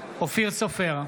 אופיר סופר,